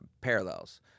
parallels